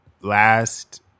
last